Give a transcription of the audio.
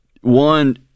one